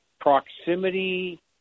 proximity